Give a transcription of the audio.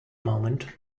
moment